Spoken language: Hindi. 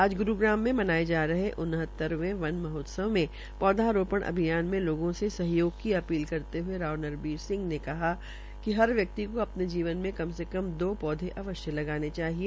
आज ग्रूग्राम में मनाये जा रहे उन्हतरवे वन महोत्सव में पौधारोपण अभियान में लोगों से सहयोग की अपील करते हये राव नरवीर सिंह ने कहा कि हर व्यक्ति को अपने जीवन में कम से कम दौ पौधे अवश्य लगाने चाहिए